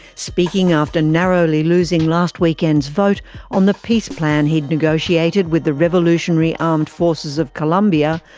speaking after narrowly losing last weekend's vote on the peace plan he'd negotiated with the revolutionary armed forces of colombia,